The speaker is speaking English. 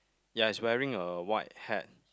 ya is wearing a white hat